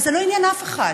אבל זה לא עניין אף אחד,